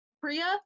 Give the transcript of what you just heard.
Priya